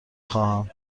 خواهم